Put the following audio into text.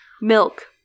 milk